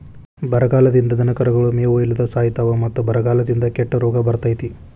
ಬರಗಾಲದಿಂದ ದನಕರುಗಳು ಮೇವು ಇಲ್ಲದ ಸಾಯಿತಾವ ಮತ್ತ ಬರಗಾಲದಿಂದ ಕೆಟ್ಟ ರೋಗ ಬರ್ತೈತಿ